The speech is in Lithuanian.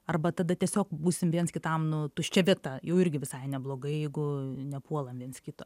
arba tada tiesiog būsim viens kitam nu tuščia vieta irgi visai neblogai jeigu nepuolam viens kito